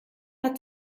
hat